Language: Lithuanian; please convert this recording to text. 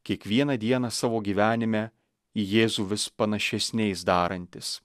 kiekvieną dieną savo gyvenime jėzų vis panašesniais darantis